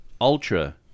ultra